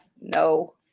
no